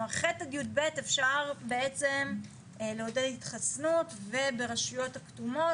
ח' עד י"ב אפשר לעודד התחסנות וברשויות הכתומות